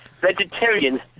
Vegetarian